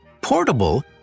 Portable